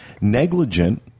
negligent